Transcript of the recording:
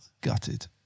gutted